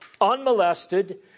unmolested